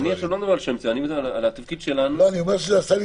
אני לא מדבר על אנשי מקצוע,